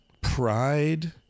pride